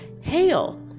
hail